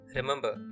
Remember